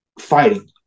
fighting